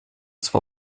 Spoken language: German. zwar